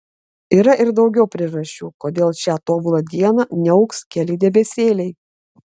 yra ir daugiau priežasčių kodėl šią tobulą dieną niauks keli debesėliai